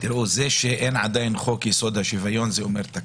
זה שאין עדיין חוק-יסוד: השוויון אומר הכול.